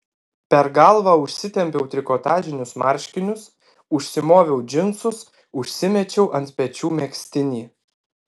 per galvą užsitempiau trikotažinius marškinius užsimoviau džinsus užsimečiau ant pečių megztinį